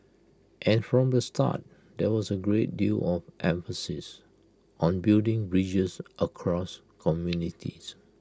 and from the start there was A great deal of emphasis on building bridges across communities